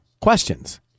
questions